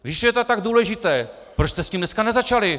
Když je to tak důležité, proč jste s tím dneska nezačali?